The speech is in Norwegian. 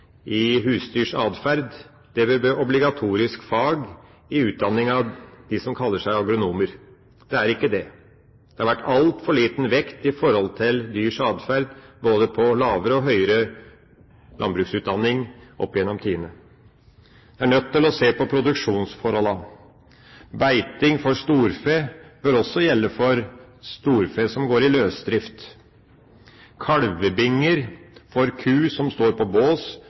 i husdyrs atferd. Det bør bli et obligatorisk fag i utdanningen til dem som kaller seg agronomer. Det er det ikke. Det har vært lagt altfor liten vekt på dyrs atferd både i lavere og høyere landbruksutdanning opp gjennom tidene. Vi er nødt til å se på produksjonsforholdene. Beiting for storfe bør også gjelde for storfe som går i løsdrift. Kalvebinger for ku som står på bås,